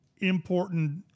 important